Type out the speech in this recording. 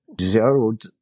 zeroed